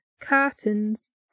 cartons